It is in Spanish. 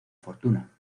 fortuna